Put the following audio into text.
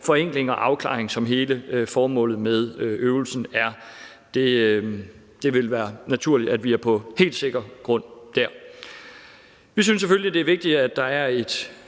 forenkling og afklaring, som er hele formålet med øvelsen. Det vil være naturligt, at vi sikrer os, at vi er på helt sikker grund der. Vi synes selvfølgelig, det er vigtigt, at der er et